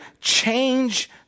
change